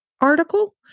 article